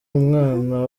umwana